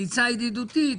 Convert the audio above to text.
עצה ידידותית,